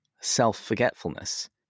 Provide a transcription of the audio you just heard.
self-forgetfulness